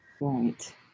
Right